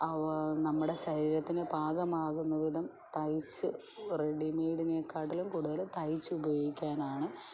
നമ്മുടെ ശരീരത്തിന് പാകമാകുന്ന വിധം തയ്ച്ച് റെഡി മേയ്ഡിനേക്കാട്ടിലും കൂടുതൽ തയ്ച്ചു ഉപയോഗിക്കാനാണ്